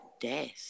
death